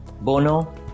Bono